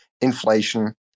inflation